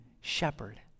shepherd